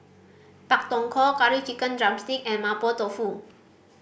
Pak Thong Ko Curry Chicken drumstick and Mapo Tofu